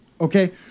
Okay